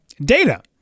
Data